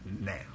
now